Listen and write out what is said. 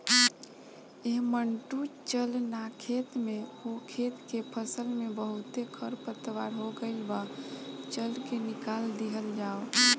ऐ मंटू चल ना खेत में ओह खेत के फसल में बहुते खरपतवार हो गइल बा, चल के निकल दिहल जाव